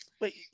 Wait